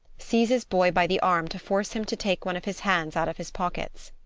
seizes boy by the arm to force him to take one of his hands out of his pockets.